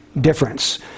difference